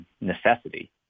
necessity